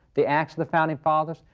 the acts of the founding fathers,